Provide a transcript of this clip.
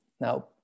Now